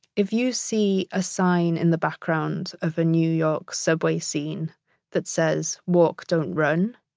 if you see a sign in the background of the new york subway scene that says, walk, don't run,